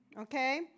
okay